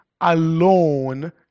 alone